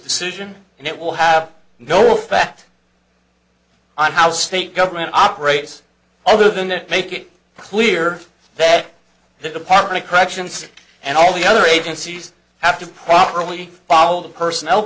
decision and it will have no effect on how the state government operates other than to make it clear that the department of corrections and all the other agencies have to properly follow the personnel